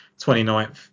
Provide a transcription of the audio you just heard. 29th